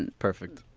and perfect.